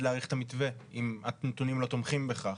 להאריך את המתווה אם הנתונים לא תומכים בכך?